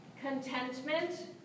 contentment